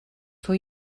for